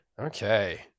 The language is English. okay